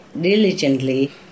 diligently